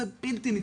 וזה בלתי נתפס.